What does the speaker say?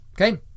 Okay